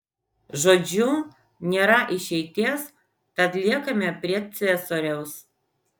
žodžiu nėra išeities tad liekame prie ciesoriaus